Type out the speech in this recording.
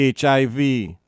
HIV